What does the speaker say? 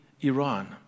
Iran